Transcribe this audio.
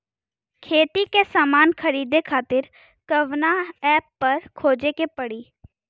खेती के समान खरीदे खातिर कवना ऐपपर खोजे के पड़ी?